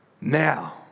now